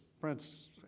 Prince